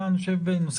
האם יש פה אפילו מבלי